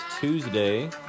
Tuesday